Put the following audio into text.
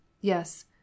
Yes